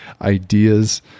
ideas